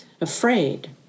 afraid